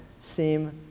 seem